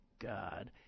God